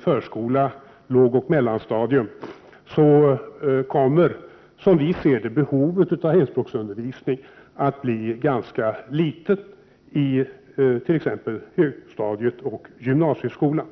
förskolan samt lågoch mellanstadierna kommer — som vi ser saken — behovet av hemspråksundervisning att bli ganska litet på t.ex. högstadiet och i gymnasieskolan.